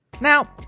Now